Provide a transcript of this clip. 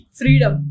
freedom